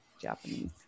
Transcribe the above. Japanese